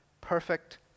perfect